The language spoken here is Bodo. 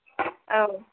औ